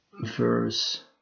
verse